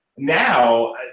Now